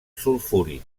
sulfúric